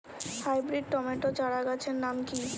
Hybrid tomato চারাগাছের নাম কি?